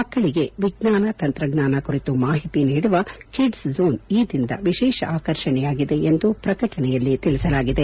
ಮಕ್ಕಳಿಗೆ ವಿಜ್ವಾನ ತಂತ್ರಜ್ವಾನ ಕುರಿತು ಮಾಹಿತಿ ನೀಡುವ ಕಿಡ್ಸ್ ಜೋನ್ ಆ ದಿನದ ವಿಶೇಷ ಆಕರ್ಷಣೆಯಾಗಿದೆ ಎಂದು ಪ್ರಕಟಣೆಯಲ್ಲಿ ತಿಳಿಸಲಾಗಿದೆ